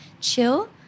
chill